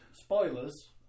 spoilers